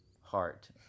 heart